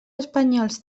espanyols